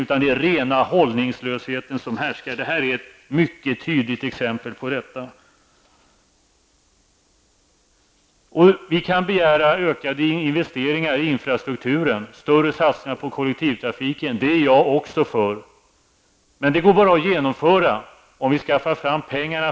Det är rena hållningslösheten som härskar, vilket det här är ett mycket tydligt exempel på. Man kan begära ökade investeringar i infrastrukturen och större satsningar på kollektivtrafiken. Det ställer också jag mig bakom, men detta går bara att genomföra om det går att skaffa fram pengar.